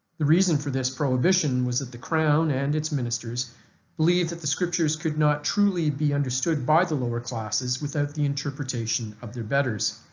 the reason for this prohibition was that the crown and its ministers believe that the scriptures could not truly be understood by the lower classes without the interpretation of their betters.